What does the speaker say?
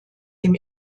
dem